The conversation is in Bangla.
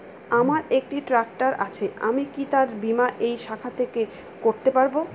আমার একটি ট্র্যাক্টর আছে আমি কি তার বীমা এই শাখা থেকে করতে পারব?